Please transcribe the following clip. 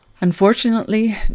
Unfortunately